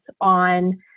on